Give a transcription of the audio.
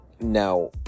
Now